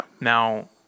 Now